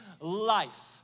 life